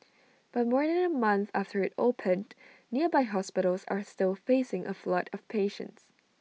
but more than A month after IT opened nearby hospitals are still facing A flood of patients